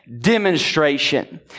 demonstration